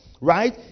right